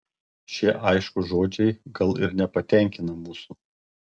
šie aiškūs žodžiai gal ir nepatenkina mūsų